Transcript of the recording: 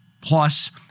plus